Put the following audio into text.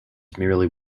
merely